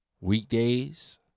Weekdays